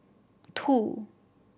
two